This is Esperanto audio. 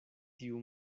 tiu